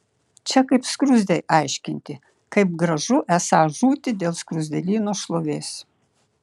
čia kaip skruzdei aiškinti kaip gražu esą žūti dėl skruzdėlyno šlovės